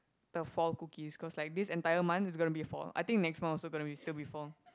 the fall cookies cause like this entire month is gonna to fall I think next month also is gonna be still be fall